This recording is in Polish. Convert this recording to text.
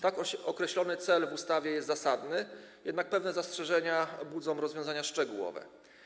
Tak określony cel w ustawie jest zasadny, jednak pewnie zastrzeżenia budzą rozwiązania szczegółowe.